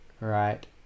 Right